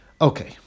Okay